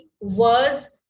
words